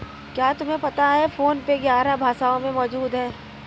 क्या तुम्हें पता है फोन पे ग्यारह भाषाओं में मौजूद है?